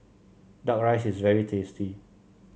duck rice is very tasty